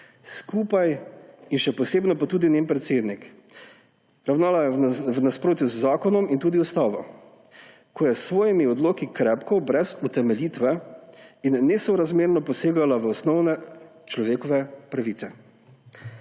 skupaj in še posebno njen predsednik. Ravnala je v nasprotju z zakonom in tudi ustavo, ko je s svojimi odloki krepko, brez utemeljitve in nesorazmerno posegala v osnovne človekove pravice.